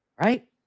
right